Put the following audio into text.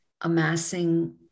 amassing